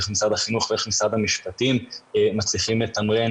איך משרד החינוך ואיך משרד המשפטים מצליחים לתמרן